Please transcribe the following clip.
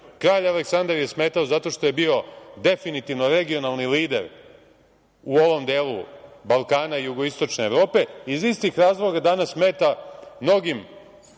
Aleksandar je smetao zato što je bio definitivno regionalni lider u ovom delu Balkana i jugoistočne Evrope. Iz istih razloga danas smeta mnogim